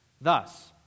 thus